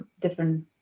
different